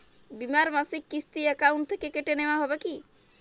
বিমার মাসিক কিস্তি অ্যাকাউন্ট থেকে কেটে নেওয়া হবে কি?